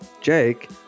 Jake